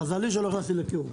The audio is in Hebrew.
מזלי שלא הכנסתי לקירור,